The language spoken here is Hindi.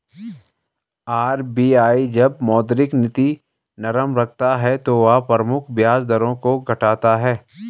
आर.बी.आई जब मौद्रिक नीति नरम रखता है तो वह प्रमुख ब्याज दरों को घटाता है